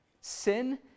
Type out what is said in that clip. Sin